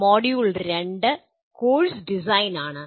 module 2 "course design" ആണ്